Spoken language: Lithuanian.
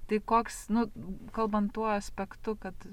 tai koks nu kalbant tuo aspektu kad